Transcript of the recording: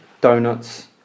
donuts